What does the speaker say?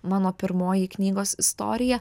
mano pirmoji knygos istorija